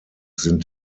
sind